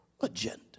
agenda